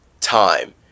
time